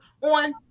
on